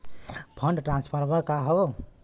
Fund transfer का हव?